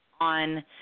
on